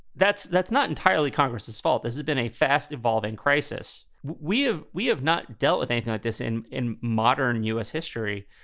that's that's not entirely congress's fault. it been a fast evolving crisis. we have we have not dealt with anything like this in in modern u s. history.